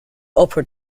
opera